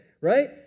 Right